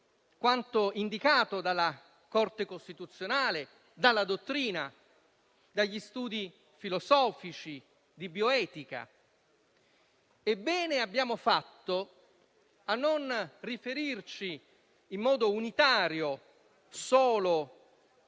quanto indicato dalla Corte costituzionale, dalla dottrina e dagli studi filosofici e di bioetica. Bene abbiamo fatto a non riferirci in modo unitario solo